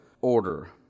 order